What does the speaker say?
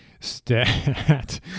Stat